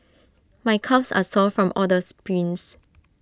my calves are sore from all the sprints